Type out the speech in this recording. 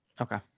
Okay